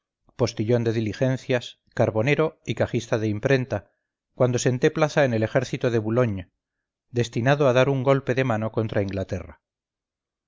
postillón de diligencias carbonero y cajista de imprenta cuando senté plaza en el ejército de boulogne destinado a dar un golpe de mano contra inglaterra